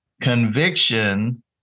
Conviction